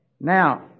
Now